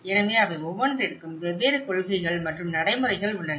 எனவே அவை ஒவ்வொன்றிற்கும் வெவ்வேறு கொள்கைகள் மற்றும் நடைமுறைகள் உள்ளன